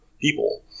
people